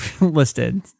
listed